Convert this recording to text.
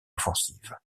offensive